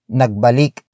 nagbalik